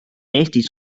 eestis